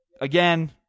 Again